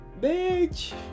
Bitch